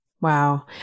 Wow